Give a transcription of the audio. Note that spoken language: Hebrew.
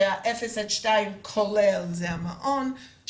0-2 כולל זה המעון,